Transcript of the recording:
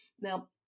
Now